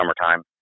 summertime